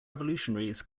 revolutionaries